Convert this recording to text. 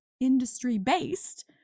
industry-based